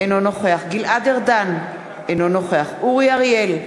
אינו נוכח גלעד ארדן, אינו נוכח אורי אריאל,